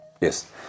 Yes